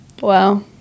Wow